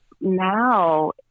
now